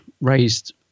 raised